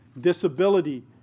disability